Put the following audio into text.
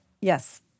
Yes